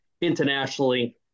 internationally